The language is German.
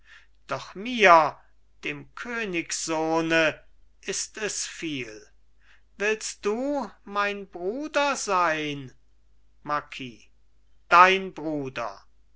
doch mir dem königssohne ist es viel willst du mein bruder sein marquis dein bruder